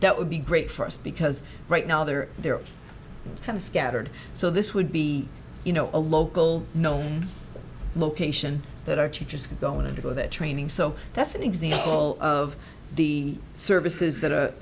that would be great for us because right now they're they're kind of scattered so this would be you know a local no location that our teachers going to go that training so that's an example of the services that